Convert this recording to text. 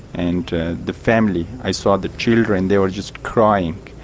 and the family, i saw the children, they were just crying.